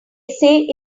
say